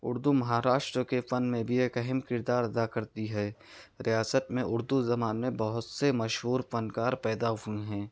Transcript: اردو مہاراشٹر کے فن میں بھی ایک اہم کردار ادا کرتی ہے ریاست میں اردو زبان میں بہت سے مشہور فنکار پیدا ہوئے ہیں